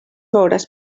veuràs